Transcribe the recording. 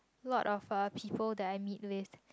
lot of a people that I meet with